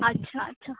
अच्छा अच्छा